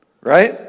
right